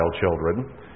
children